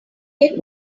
get